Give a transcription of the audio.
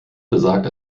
besagt